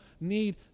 need